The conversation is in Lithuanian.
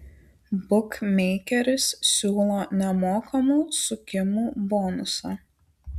bukmeikeris siūlo nemokamų sukimų bonusą